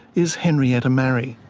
is henrietta marrie.